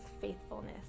faithfulness